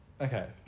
Okay